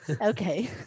Okay